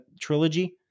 trilogy